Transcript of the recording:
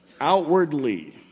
outwardly